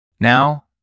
Now